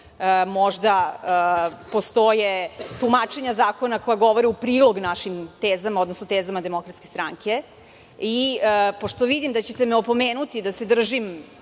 možda, postoje tumačenja zakona koja govore u prilog našim tezama, odnosno tezama DS.Pošto vidim da ćete me opomenuti da se držim